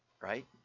right